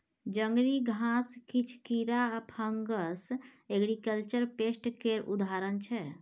जंगली घास, किछ कीरा आ फंगस एग्रीकल्चर पेस्ट केर उदाहरण छै